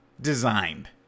designed